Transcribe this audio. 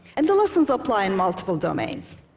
and the lessons apply in multiple domains.